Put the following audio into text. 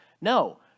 No